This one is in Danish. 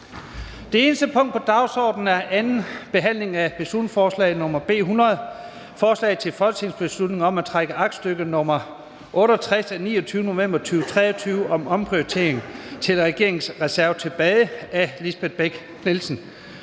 Det eneste punkt på dagsordenen er: 1) 2. (sidste) behandling af beslutningsforslag nr. B 100: Forslag til folketingsbeslutning om at trække aktstykke nr. 68 af 29. november 2023 om omprioritering til regeringsreserve tilbage. Af Lisbeth Bech-Nielsen